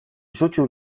rzucił